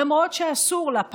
למרות שאסור לה,